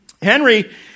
Henry